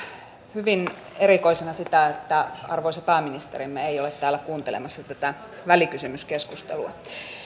hyvin erikoisena sitä että arvoisa pääministerimme ei ole täällä kuuntelemassa tätä välikysymyskeskustelua